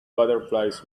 butterflies